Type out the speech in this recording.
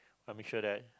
I make sure that